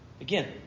Again